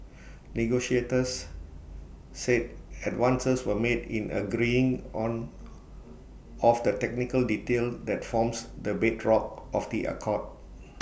negotiators said advances were made in agreeing on of the technical detail that forms the bedrock of the accord